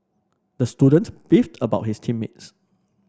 the student beefed about his team mates